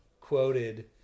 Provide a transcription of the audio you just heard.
quoted